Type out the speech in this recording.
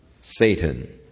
Satan